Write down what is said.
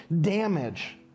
damage